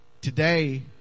today